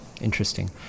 Interesting